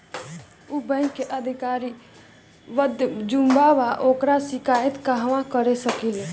उ बैंक के अधिकारी बद्जुबान बा ओकर शिकायत कहवाँ कर सकी ले